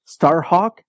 Starhawk